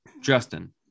Justin